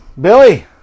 Billy